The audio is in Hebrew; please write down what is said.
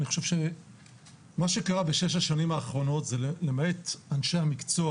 אני חושב שמה שקרה ב-6 השנים האחרונות למעט אנשי המקצוע